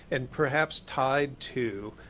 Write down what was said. and perhaps tied to